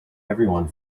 everyone